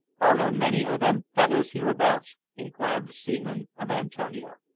are there many o' them fellows hereabouts? inquired the seaman of antonio.